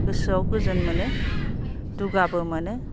गोसोआव गोजोन मोनो दुगाबो मोनो